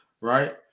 right